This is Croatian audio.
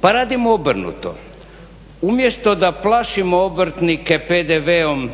Pa radimo obrnuto. Umjesto da plašimo obrtnike PDV-om